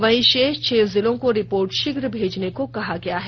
वहीं शेष छह जिलों को रिपोर्ट शीघ्र भेजने को कहा गया है